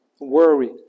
worry